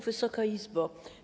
Wysoka Izbo!